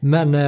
Men